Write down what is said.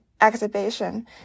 exhibition